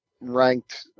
ranked